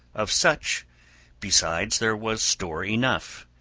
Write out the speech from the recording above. of such besides there was store enough,